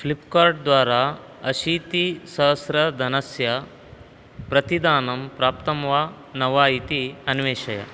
फ्लिप्कार्ट् द्वारा अशीतिसहस्रधनस्य प्रतिदानं प्राप्तं वा न वा इति अन्वेषय